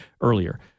earlier